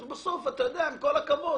בסוף עם כל הכבוד